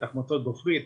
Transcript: תחמוצות גופרית,